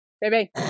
Baby